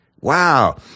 Wow